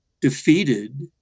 defeated